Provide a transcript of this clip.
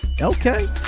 Okay